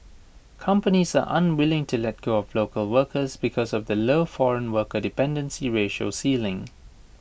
companies are unwilling to let go of local workers because of the low foreign worker dependency ratio ceiling